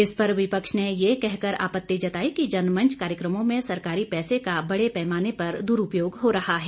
इस पर विपक्ष ने यह कहकर आपति जताई कि जनमंच कार्यक्रमों में सरकारी पैसे का बड़े पैमाने पर दुरूपयोग हो रहा है